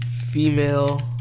female